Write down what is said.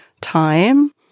time